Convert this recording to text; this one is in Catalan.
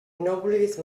vulgues